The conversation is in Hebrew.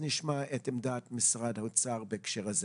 נשמע את עמדת משרד האוצר בהקשר הזה.